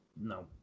No